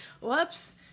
Whoops